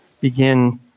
begin